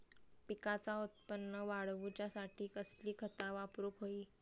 पिकाचा उत्पन वाढवूच्यासाठी कसली खता वापरूक होई?